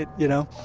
you know?